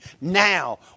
now